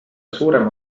suurem